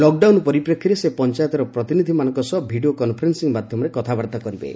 lockdown ପରିପ୍ରେକ୍ଷୀରେ ସେ ପଞ୍ଚାୟତର ପ୍ରତିନିଧିମାନଙ୍କ ସହ ଭିଡ଼ିଓ କନ୍ଫରେନ୍ସିଂ ମାଧ୍ୟମରେ କଥାବାର୍ତ୍ତା କରିବେ